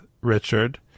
Richard